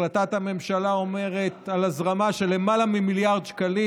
החלטת הממשלה אומרת על הזרמה של למעלה ממיליארד שקלים